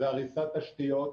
זה הריסת תשתיות.